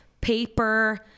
paper